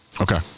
Okay